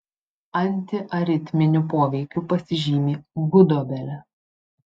antiaritminiu poveikiu pasižymi gudobelė